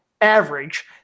average